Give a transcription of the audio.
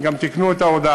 הם גם תיקנו את ההודעה,